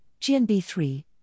GNB3